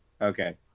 Okay